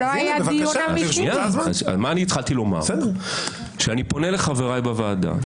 אני התחלתי לומר שאני פונה לחבריי בוועדה,